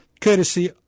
courtesy